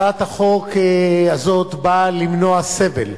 הצעת החוק הזאת באה למנוע סבל